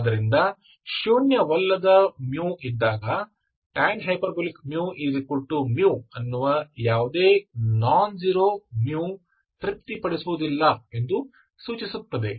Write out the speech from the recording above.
ಆದ್ದರಿಂದ ಶೂನ್ಯವಲ್ಲದ μ ಇದ್ದಾಗ tanh μ μ ಅನ್ನು ಯಾವುದೇ ನಾನ್ಜೆರೋ μ ತೃಪ್ತಿಪಡಿಸುವುದಿಲ್ಲ ಎಂದು ಸೂಚಿಸುತ್ತದೆ